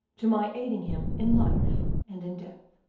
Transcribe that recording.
to my aiding him in life and in death.